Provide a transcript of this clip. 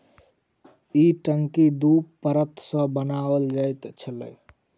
ई टंकी दू परत सॅ बनाओल जाइत छै